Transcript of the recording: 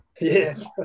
Yes